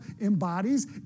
embodies